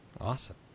Awesome